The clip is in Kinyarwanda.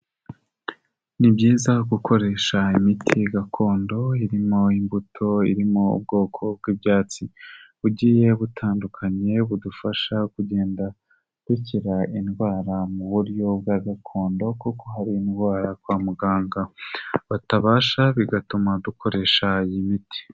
Ni byiza gukoresha imiti gakondo irimo imbuto, irimo ubwoko bw'ibyatsi bugiye butandukanye budufasha kugenda dukira indwara mu buryo bwa gakondo kuko hari indwara kwa muganga batabasha bigatuma dukoresha iyi miti.